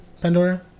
Pandora